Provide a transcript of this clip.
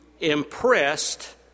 impressed